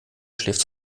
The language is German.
schläft